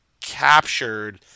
captured